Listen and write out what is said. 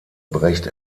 brecht